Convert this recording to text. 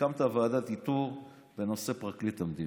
הקמת ועדת איתור בנושא פרקליט המדינה.